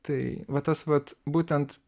tai vat tas vat būtent